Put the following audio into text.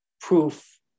proof